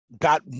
got